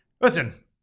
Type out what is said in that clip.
Listen